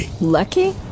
Lucky